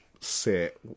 sit